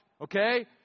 Okay